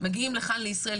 מגיעים לכאן לישראל,